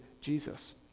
Jesus